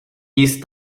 east